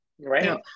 right